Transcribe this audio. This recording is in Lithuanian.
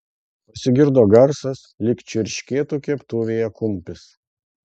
pasigirdo garsas lyg čirškėtų keptuvėje kumpis